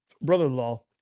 brother-in-law